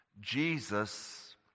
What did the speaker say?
Jesus